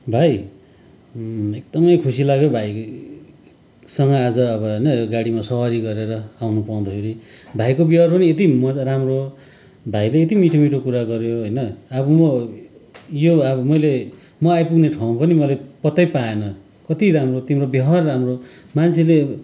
भाइ एकदमै खुसी लाग्यो भाइसँग आज अब होइन गाडीमा सवारी गरेर आउनु पाउँदाखेरि भाइको व्यवहार पनि यति मजा राम्रो भाइ पनि यति मिठो मिठो कुरा गऱ्यो होइन अब म यो अब मैले म आइपुग्ने ठाउँ पनि मैले पत्तै पाइन कति राम्रो तिम्रो व्यवहार राम्रो मान्छेले